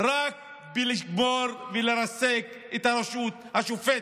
זה רק לשבור ולרסק את הרשות השופטת,